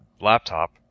laptop